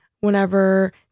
whenever